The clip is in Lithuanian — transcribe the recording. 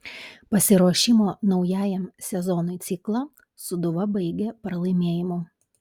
pasiruošimo naujajam sezonui ciklą sūduva baigė pralaimėjimu